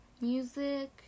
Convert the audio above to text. music